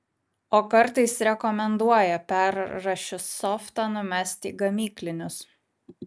o kartais rekomenduoja perrašius softą numest į gamyklinius